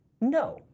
No